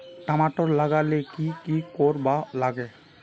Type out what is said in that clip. टमाटर लगा ले की की कोर वा लागे?